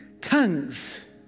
Tongues